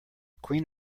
queen